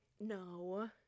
No